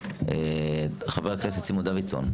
חבר הכנסת סימון דוידסון.